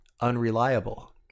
unreliable